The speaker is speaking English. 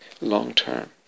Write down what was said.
long-term